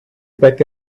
back